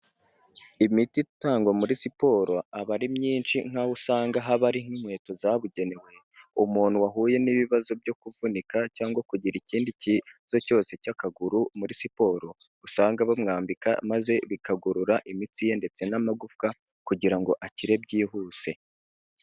Imiti itangwa muri siporo aba ari myinshi nk'aho usanga haba ari nk'inkweto zabugenewe, umuntu wahuye n'ibibazo byo kuvunika cyangwa kugira ikindi kibazo cyose cy'akaguru muri siporo usanga bamwambika maze bikagorora imitsi ye ndetse n'amagufwa kugira ngo akire byihuse.